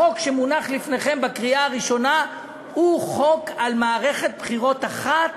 החוק שמונח לפניכם לקריאה ראשונה הוא חוק על מערכת בחירות אחת,